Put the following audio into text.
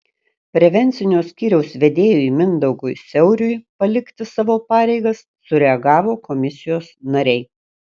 prevencinio skyriaus vedėjui mindaugui siauriui palikti savo pareigas sureagavo komisijos nariai